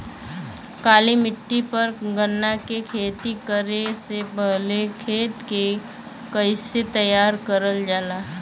काली मिट्टी पर गन्ना के खेती करे से पहले खेत के कइसे तैयार करल जाला?